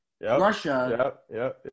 Russia